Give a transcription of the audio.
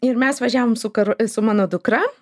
ir mes važiavom su karu su mano dukra